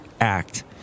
act